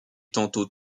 tantôt